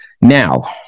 Now